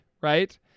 right